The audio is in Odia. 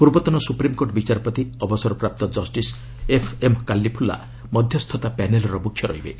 ପୂର୍ବତନ ସୁପ୍ରିମକୋର୍ଟ ବିଚାରପତି ଅବସରପ୍ରାପ୍ତ ଜଷ୍ଟିସ୍ ଏଫ୍ଏମ୍ କାଲ୍ଲିଫୁଲ୍ଲା ମଧ୍ୟସ୍ଥତା ପ୍ୟାନେଲର ମୁଖ୍ୟ ରହିବେ